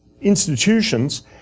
institutions